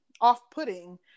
off-putting